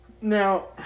Now